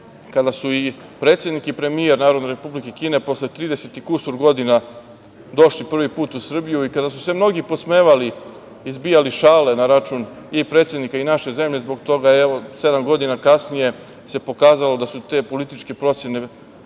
kada su i predsednik i premijer Narodne Republike Kine posle 30 i kusur godina došli prvi put u Srbiju i kada su se mnogi podsmevali i zbijali šale na račun i predsednika i naše zemlje zbog toga, evo, sedam godina kasnije se pokazalo da su te političke procene,